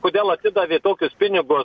kodėl atidavė tokius pinigus